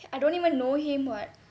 I don't even know him [what]